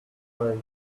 always